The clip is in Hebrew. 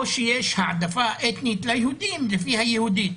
או שיש העדפה אתנית ליהודים לפי היהודית.